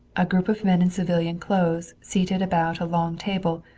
a group of men in civilian clothes, seated about a long table,